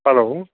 hello